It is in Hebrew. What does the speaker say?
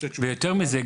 ויותר מזה,